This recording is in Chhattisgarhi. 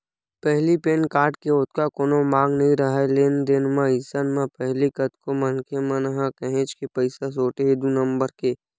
पहिली पेन कारड के ओतका कोनो मांग नइ राहय लेन देन म, अइसन म पहिली कतको मनखे मन ह काहेच के पइसा सोटे हे दू नंबर के